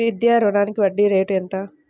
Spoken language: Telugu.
విద్యా రుణానికి వడ్డీ రేటు ఎంత?